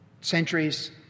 centuries